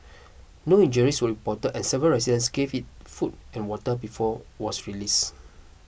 no injuries were reported and several residents gave it food and water before was release